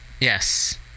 Yes